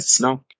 no